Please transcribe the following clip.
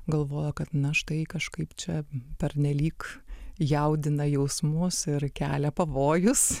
galvojo kad na štai kažkaip čia pernelyg jaudina jausmus ir kelia pavojus